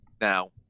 now